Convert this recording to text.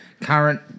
current